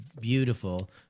beautiful